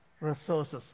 resources